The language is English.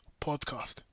Podcast